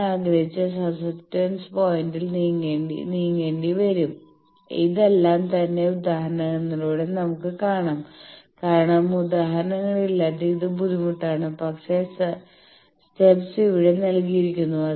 ഞാൻ ആഗ്രഹിച്ച സസെപ്റ്റൻസ് പോയിന്റിൽ നീങ്ങേണ്ടിവരും ഇതെല്ലാം തന്നെ ഉദാഹരണങ്ങളിലൂടെ നമുക്ക് കാണാം കാരണം ഉദാഹരണങ്ങളില്ലാതെ ഇത് ബുദ്ധിമുട്ടാണ് പക്ഷേ സ്റ്റെപ്സ് ഇവിടെ നൽകിയിരിക്കുന്നു